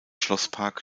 schlosspark